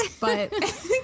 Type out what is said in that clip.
but-